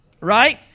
right